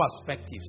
perspectives